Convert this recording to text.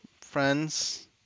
Friends